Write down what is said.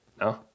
No